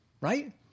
right